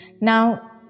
Now